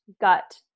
gut